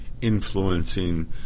influencing